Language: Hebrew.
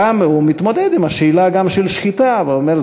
הוא מתמודד גם עם השאלה של השחיטה ואומר: